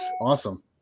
awesome